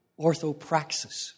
orthopraxis